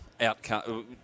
outcome